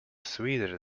sweeter